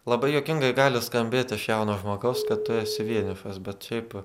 labai juokingai gali skambėti iš jauno žmogaus kad tu esi vienišas bet šiaip